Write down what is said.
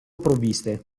provviste